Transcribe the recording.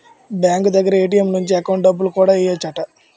bank దగ్గర ATM లో నుంచి ఎకౌంటుకి డబ్బులు కూడా ఎయ్యెచ్చట